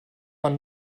man